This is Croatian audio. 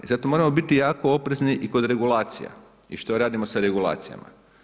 Sad tu moramo biti jako oprezni i kod regulacija i što radimo sa regulacijama.